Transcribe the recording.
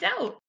out